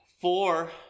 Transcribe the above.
Four